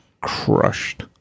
crushed